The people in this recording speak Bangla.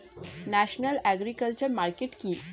ন্যাশনাল এগ্রিকালচার মার্কেট কি?